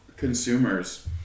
Consumers